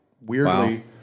weirdly